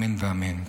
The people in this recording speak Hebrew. אמן ואמן.